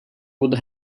would